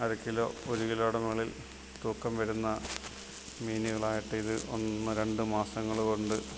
അരക്കിലോ ഒരു കിലോയുടെ മോളിൽ തൂക്കം വരുന്ന മീനുകൾ ആകട്ടെ ഇത് ഒന്ന് രണ്ട് മാസങ്ങൾ കൊണ്ട്